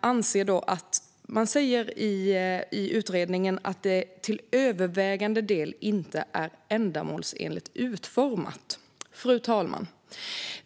som resultat att man i rapporten säger att stödet till övervägande del inte är ändamålsenligt utformat. Fru talman!